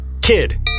kid